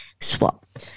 swap